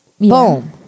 boom